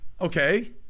Okay